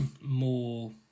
more